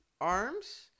arms